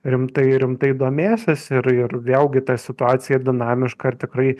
rimtai rimtai domėsis ir ir vėlgi ta situacija dinamiška ir tikrai